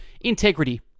Integrity